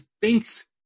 thinks